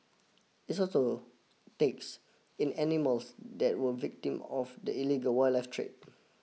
takes in animals that were victim of the illegal wildlife trade